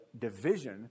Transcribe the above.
division